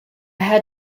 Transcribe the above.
had